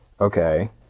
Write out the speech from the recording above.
okay